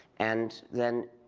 and then,